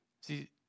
See